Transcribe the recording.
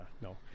no